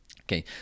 Okay